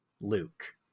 Luke